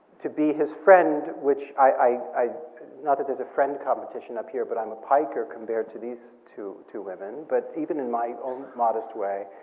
to be his friend, which, not that there's a friend competition up here, but i'm a piker compared to these two two women, but even in my own modest way,